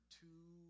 two